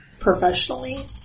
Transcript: professionally